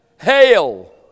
Hail